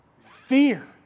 fear